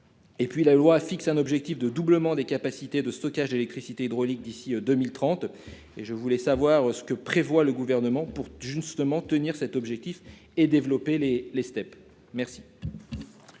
et puis la loi fixe un objectif de doublement des capacités de stockage d'électricité hydraulique d'ici 2030 et je voulais savoir ce que prévoit le gouvernement pour justement tenir cet objectif et développer les les